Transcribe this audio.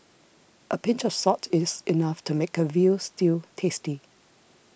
a pinch of salt is enough to make a Veal Stew tasty